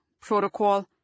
protocol